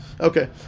okay